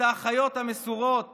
את האחיות המסורות